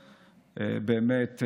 באמת,